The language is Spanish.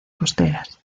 costeras